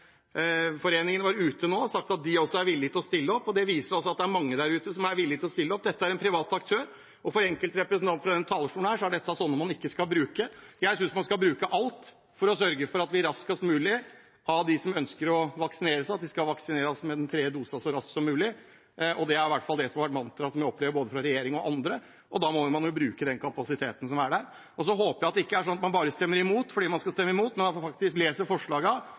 var ute nå og sa at de også er villige til å stille opp, og det viser at det er mange der ute som er villige til å stille opp. Dette er en privat aktør, og for enkelte representanter fra denne talerstolen er dette sånne man ikke skal bruke. Jeg synes man skal bruke alt for å sørge for at de som ønsker å vaksinere seg, vaksineres med den tredje dosen så raskt som mulig. Det er i hvert fall det som har vært mantraet som jeg opplever både fra regjeringen og andre, og da må man jo bruke den kapasiteten som er der. Så håper jeg det ikke er slik at man bare stemmer imot fordi man skal stemme imot, men at man faktisk